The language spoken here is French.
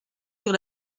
sur